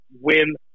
win